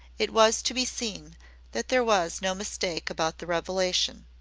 it was to be seen that there was no mistake about the revelation.